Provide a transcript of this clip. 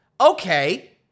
okay